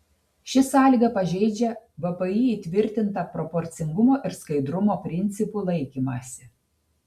ši sąlyga pažeidžia vpį įtvirtintą proporcingumo ir skaidrumo principų laikymąsi